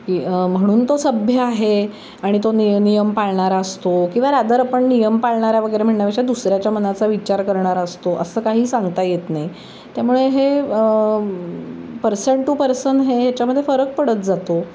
की म्हणून तो सभ्य आहे आणि तो निय नियम पाळणारा असतो किंवा रादर आपण नियम पाळणारा वगैरे म्हणण्यापेक्षा दुसऱ्याच्या मनाचा विचार करणारा असतो असं काही सांगता येत नाही त्यामुळे हे पर्सन टू पर्सन हे ह्याच्यामध्ये फरक पडत जातो